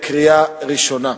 קריאה ראשונה.